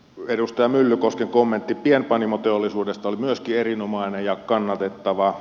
edustaja myllykosken kommentti pienpanimoteollisuudesta oli myöskin erinomainen ja kannatettava